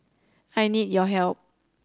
I need your help